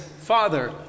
Father